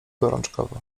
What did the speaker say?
gorączkowo